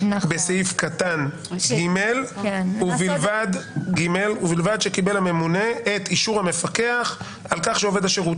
בסעיף קטן (ג) ובלבד שקיבל הממונה את אישור המפקח על כך שהוא עובד השירות.